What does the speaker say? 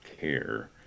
care